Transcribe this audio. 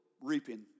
reaping